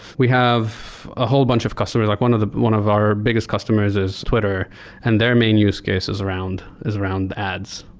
we have a whole bunch of customer. like one of the one of our biggest customers is twitter and their main use case is around is around ads.